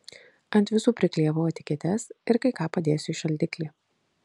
ant visų priklijavau etiketes ir kai ką padėsiu į šaldiklį